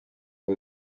aho